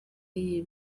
iya